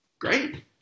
Great